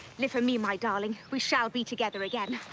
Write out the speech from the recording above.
live for me, my darling. we shall be together again.